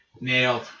nailed